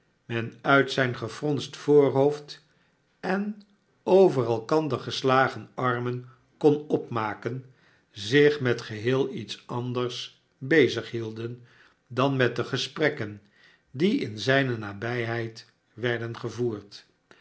men un zyn gefronst voorhoofd en over elkander wr smi pmak ch met heel iets anders be g ffdfn dan met de gesprekken die in zijne nabijheid werden gevoerd